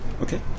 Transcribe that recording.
Okay